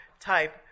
type